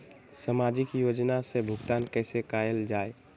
सामाजिक योजना से भुगतान कैसे कयल जाई?